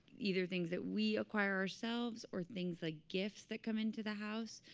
either things that we acquire ourselves or things like gifts that come into the house.